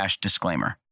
disclaimer